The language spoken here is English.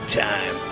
time